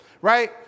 Right